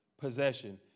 possession